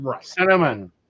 Cinnamon